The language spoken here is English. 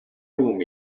room